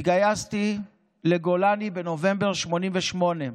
התגייסתי לגולני בנובמבר 1988,